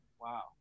Wow